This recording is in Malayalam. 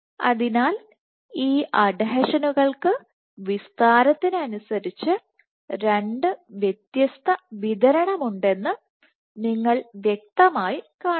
അതിനാൽ ഈ അഡ്ഹെഷനുകൾക്ക് വിസ്താരത്തിന് അനുസരിച്ച് രണ്ട് വ്യത്യസ്ത വിതരണമുണ്ടെന്ന് നിങ്ങൾ വ്യക്തമായി കാണുന്നു